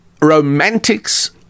romantics